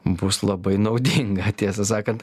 bus labai naudinga tiesą sakant